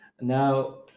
Now